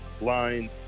line